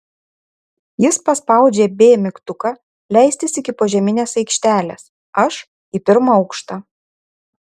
jis paspaudžia b mygtuką leistis iki požeminės aikštelės aš į pirmą aukštą